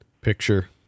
picture